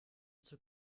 zur